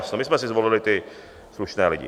My jsme si zvolili ty slušné lidi.